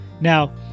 Now